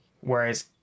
whereas